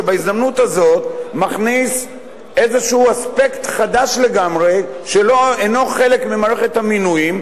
שבהזדמנות הזאת מכניס איזה אספקט חדש לגמרי שאינו חלק ממערכת המינויים,